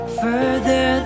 further